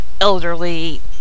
elderly